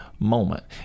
Moment